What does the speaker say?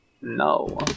No